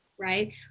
right